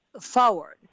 forward